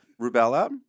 Rubella